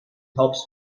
helps